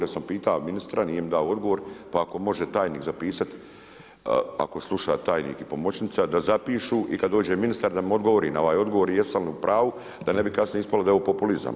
Ja sam pitao ministra nije mi dao odgovor, pa ako može tajnik zapisat, ako sluša tajnik i pomoćnica, da zapišu i kad dođe ministar da mi odgovori na ovaj odgovor jesam li u pravu da ne bi kasnije ispalo da je ovo populizam.